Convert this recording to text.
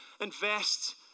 invest